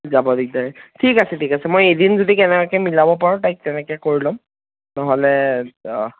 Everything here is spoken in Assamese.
যাব দিগদাৰি ঠিক আছে ঠিক আছে মই এদিন যদি কেনেবাকৈ মিলাব পাৰোঁ তাইক তেনেকৈ কৰি ল'ম নহ'লে অঁ